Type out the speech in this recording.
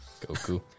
Goku